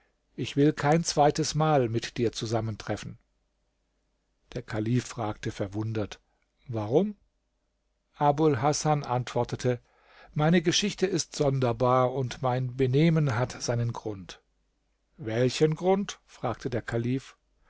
ich will kein zweites mal mit dir zusammentreffen der kalif fragte verwundert warum abul hasan antwortete meine geschichte ist sonderbar und mein benehmen hat seinen grund welchen grund fragte der kalif